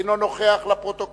הוא אינו נוכח, וזה לפרוטוקול.